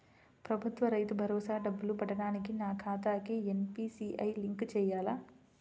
ప్రభుత్వ రైతు భరోసా డబ్బులు పడటానికి నా ఖాతాకి ఎన్.పీ.సి.ఐ లింక్ చేయాలా?